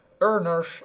earners